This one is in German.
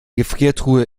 gefriertruhe